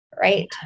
Right